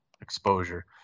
exposure